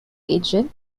agent